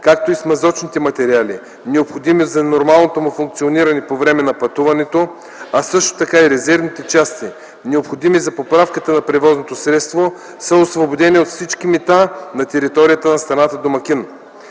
както и смазочните материали, необходими за нормалното му функциониране по време на пътуването, а също така и резервните части, необходими за поправката на превозното средство, са освободени от всички мита на територията на страната-домакин.